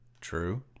True